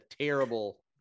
terrible